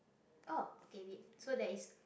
oh okay wait so there is